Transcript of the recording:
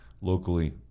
Locally